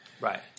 Right